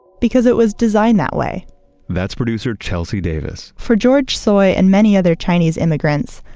because it was designed that way that's producer chelsea davis for george tsui and many other chinese immigrants,